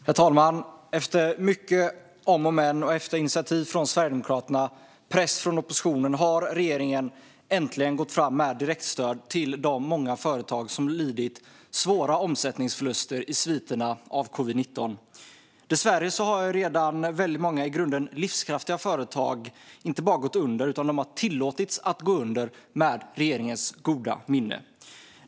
Herr talman! Efter många om och men och efter initiativ från Sverigedemokraterna och press från oppositionen har regeringen äntligen gått fram med direktstöd till de många företag som lidit svåra omsättningsförluster i sviterna av covid-19. Dessvärre har väldigt många i grunden livskraftiga företag redan inte bara gått under utan tillåtits att gå under med regeringens goda minne.